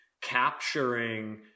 capturing